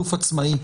גוף עצמאי,